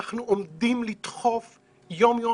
אנחנו עובדים לדחוף יום-יום,